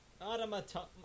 Automaton